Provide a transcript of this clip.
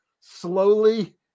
slowly